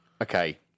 Okay